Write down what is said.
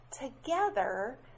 together